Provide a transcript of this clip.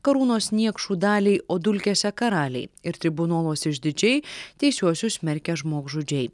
karūnos niekšų daliai o dulkėse karaliai ir tribunoluos išdidžiai teisiuosius smerkia žmogžudžiai